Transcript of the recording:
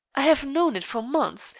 i have known it for months,